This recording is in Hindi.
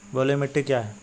बलुई मिट्टी क्या है?